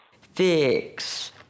fix